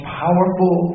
powerful